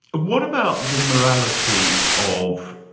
what about the morality of